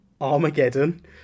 Armageddon